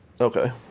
Okay